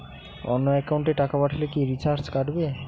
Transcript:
অন্য একাউন্টে টাকা পাঠালে কি চার্জ কাটবে?